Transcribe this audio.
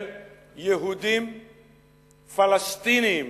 יהודים פלסטינים,